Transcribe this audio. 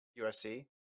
USC